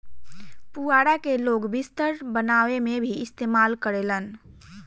पुआरा के लोग बिस्तर बनावे में भी इस्तेमाल करेलन